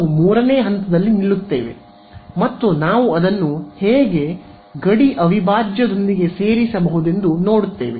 ನಾವು 3 ನೇ ಹಂತದಲ್ಲಿ ನಿಲ್ಲುತ್ತೇವೆ ಮತ್ತು ನಾವು ಅದನ್ನು ಹೇಗೆ ಗಡಿ ಅವಿಭಾಜ್ಯದೊಂದಿಗೆ ಸೇರಿಸಬಹುದೆಂದು ನೋಡುತ್ತೇವೆ